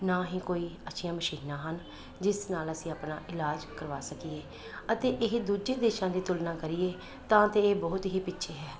ਨਾ ਹੀ ਕੋਈ ਅੱਛੀਆਂ ਮਸ਼ੀਨਾਂ ਹਨ ਜਿਸ ਨਾਲ ਅਸੀਂ ਆਪਣਾ ਇਲਾਜ ਕਰਵਾ ਸਕੀਏ ਅਤੇ ਇਹ ਦੂਜੇ ਦੇਸ਼ਾਂ ਦੀ ਤੁਲਨਾ ਕਰੀਏ ਤਾਂ ਤਾਂ ਇਹ ਬਹੁਤ ਹੀ ਪਿੱਛੇ ਹੈ